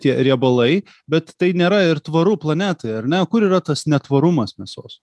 tie riebalai bet tai nėra ir tvaru planetai ar ne kur yra tas netvarumas mėsos